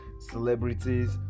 celebrities